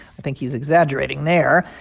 i think he's exaggerating there.